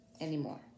anymore